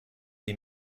des